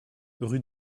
rue